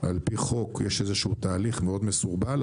על פי חוק יש איזשהו תהליך מאוד מסורבל,